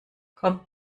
komm